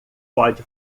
pode